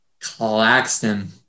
claxton